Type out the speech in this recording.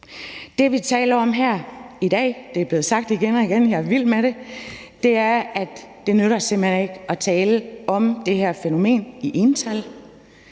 Det, vi taler om her i dag, er blevet sagt igen og igen – jeg er vild med det – er, at det simpelt hen ikke nytter at tale om det her fænomen i ental.